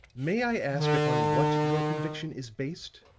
may i ask upon what your conviction is based?